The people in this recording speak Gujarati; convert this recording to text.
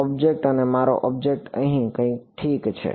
ઓબ્જેક્ટ અને મારો ઓબ્જેક્ટ અહીં કંઈક ઠીક છે